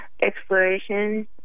exploration